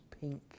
pink